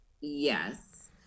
Yes